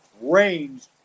range